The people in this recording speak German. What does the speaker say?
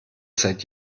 seit